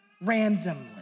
randomly